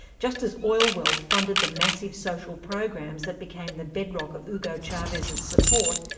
just as oil wealth funded the massive social programs that became the bedrock of hugo chavez's support,